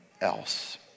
else